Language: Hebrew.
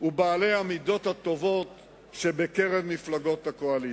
ובעלי המידות הטובות שבקרב מפלגות הקואליציה?